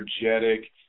energetic